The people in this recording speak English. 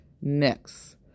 next